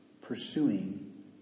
pursuing